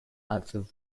active